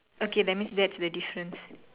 okay that means that's the difference